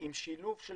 עם שילוב של